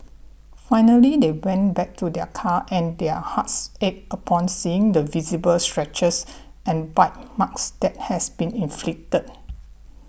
finally they went back to their car and their hearts ached upon seeing the visible scratches and bite marks that has been inflicted